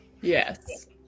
Yes